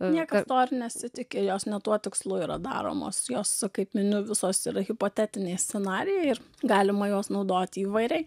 niekas to ir nesitiki jos ne tuo tikslu yra daromos jos kaip miniu visos yra hipotetiniai scenarijai ir galima juos naudoti įvairiai